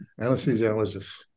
anesthesiologist